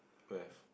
don't have